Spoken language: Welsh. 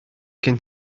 gen